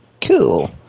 Cool